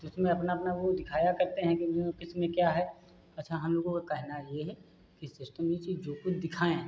तो उसमें अपना अपना वह दिखाया करते हैं कि किसमें क्या है अच्छा हमलोगों का कहना यह है कि सिस्टमैटिक जो कुछ दिखाएँ